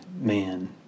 man